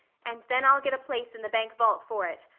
and then i'll get a place in the bank vault for it.